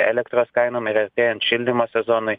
elektros kainom ir artėjant šildymo sezonui